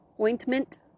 Ointment